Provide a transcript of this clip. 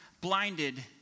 blinded